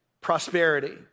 prosperity